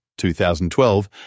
2012